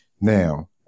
now